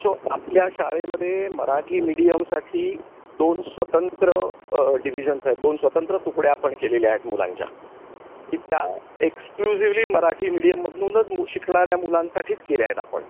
so आपल्या शाळेमध्ये मराठी मिडियमसाठी दोन स्वतंत्र डिविजन्स आहेत दोन स्वतंत्र तुकड्या आपण केलेल्या आहेत मुलांच्या की त्या एक्सक्लुसिव्हली मराठी मिडियमधूनच मु शिकणाऱ्या मुलांसाठीच केल्या आहेत आपण